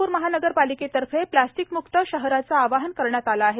नागपूर महानगरपालिकेतर्फे प्लास्टिकमुक्त शहरचे आवाहन करण्यात आलेले आहे